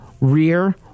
rear